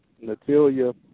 Natalia